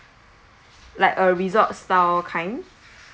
like a resort style kind